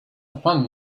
upon